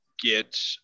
get